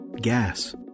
gas